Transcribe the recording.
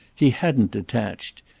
he hadn't detached,